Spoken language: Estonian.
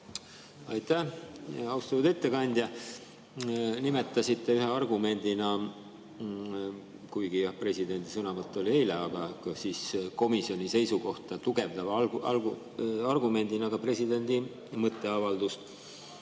Aitäh, austatud ettekandja! Nimetasite ühe argumendina – kuigi jah, presidendi sõnavõtt oli eile –, aga komisjoni seisukohta tugevdava argumendina presidendi mõtteavaldust,